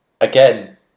Again